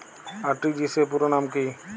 RTGS পুরো নাম কি?